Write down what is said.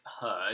heard